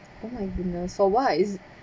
oh my goodness so wise